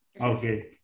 Okay